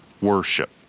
worship